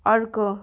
अर्को